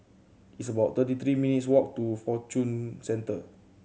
it's about thirty three minutes' walk to Fortune Centre